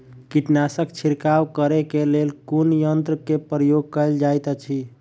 कीटनासक छिड़काव करे केँ लेल कुन यंत्र केँ प्रयोग कैल जाइत अछि?